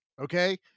Okay